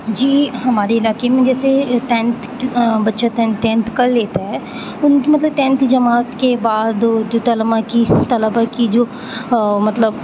جی ہمارے علاقے میں جیسے ٹینتھ بچے ٹینتھ کر لیتے ہیں ان مطلب ٹینتھ جماعت کے بعد جو طلبہ کی طلبہ کی جو مطلب